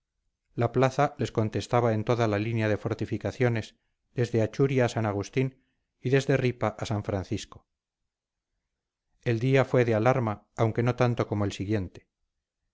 la plaza les contestaba en toda la línea de fortificaciones desde achuri a san agustín y desde ripa a san francisco el día fue de alarma aunque no tanto como el siguiente